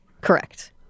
Correct